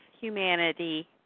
humanity